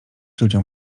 ludziom